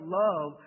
love